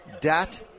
dat